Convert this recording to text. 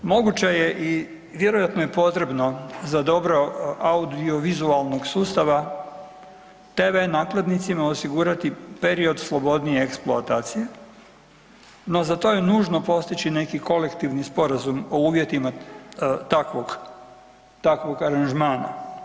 Moguće je i vjerojatno je potrebno za dobro audiovizualnog sustava, TV nakladnicima osigurati period slobodnije eksploatacije no za to je nužno postići neki kolektivni sporazum o uvjetima takvog aranžmana.